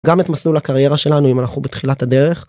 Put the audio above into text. גם את מסלול הקריירה שלנו אם אנחנו בתחילת הדרך.